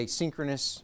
synchronous